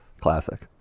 classic